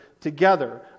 together